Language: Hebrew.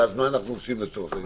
ואז מה אנחנו עושים לצורך העניין הזה?